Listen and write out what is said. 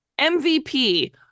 MVP